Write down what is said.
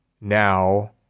now